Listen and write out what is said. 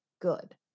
good